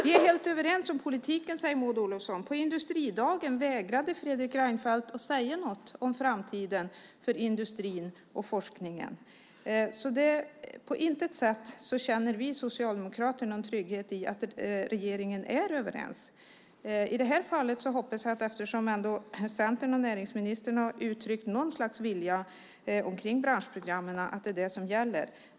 Vi är helt överens om politiken, säger Maud Olofsson. Men på industridagen vägrade Fredrik Reinfeldt att säga något om framtiden för industrin och forskningen. På intet sätt känner vi socialdemokrater någon trygghet i att ni i regeringen är överens. Eftersom Centern och näringsministern ändå har uttryckt något slags vilja kring branschprogrammen hoppas jag att det är det som i det här fallet gäller.